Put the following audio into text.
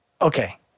okay